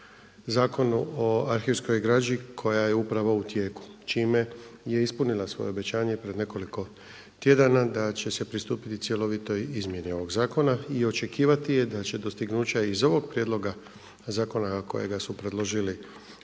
Zakonu o arhivskoj građi koja je upravo u tijeku čime je ispunila svoje obećanje pred nekoliko tjedana da će se pristupiti cjelovitoj izmjeni ovog zakona. I očekivati je da će dostignuća iz ovoga prijedloga zakona kojega su predložili